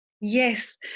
Yes